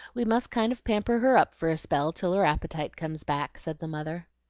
we must kind of pamper her up for a spell till her appetite comes back, said the mother.